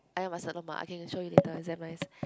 ayam masak lemak I can show you later it's damn nice